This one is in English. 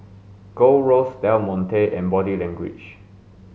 Gold Roast Del Monte and Body Language